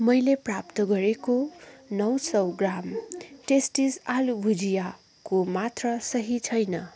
मैले प्राप्त गरेको नौ सौ ग्राम टेस्टिज आलु भुजियाको मात्रा सही छैन